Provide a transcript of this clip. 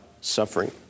suffering